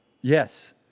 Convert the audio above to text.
Yes